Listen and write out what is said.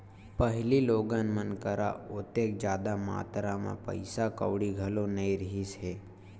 पहिली लोगन मन करा ओतेक जादा मातरा म पइसा कउड़ी घलो नइ रिहिस हे